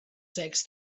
secs